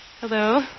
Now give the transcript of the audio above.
Hello